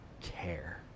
care